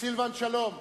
סילבן שלום